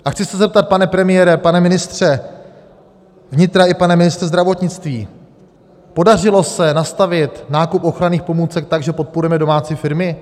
A chci se zeptat, pane premiére a pane ministře vnitra i pane ministře zdravotnictví podařilo se nastavit nákup ochranných pomůcek tak, že podporujeme domácí firmy?